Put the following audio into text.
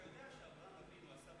אתה יודע שאברהם אבינו עשה,